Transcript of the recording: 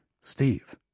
Steve